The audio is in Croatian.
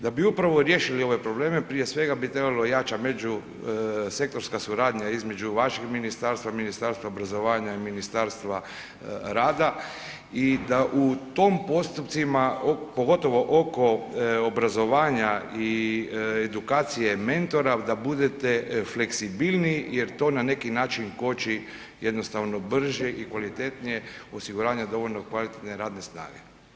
Da bi upravo riješili ove probleme prije svega bi trebala jača međusektorska suradnja između vašeg ministarstva, Ministarstva obrazovanja i ministarstva rada i da u tim postupcima pogotovo oko obrazovanja i edukacije mentora da budete fleksibilniji jer to na neki način koči jednostavno brže i kvalitetnije osiguranje dovoljno kvalitetne radne snage.